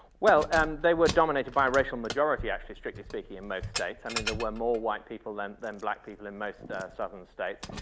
well, and they were dominated by racial majority actually strictly speaking in most states. i mean there were more white people than than black people in most southern states.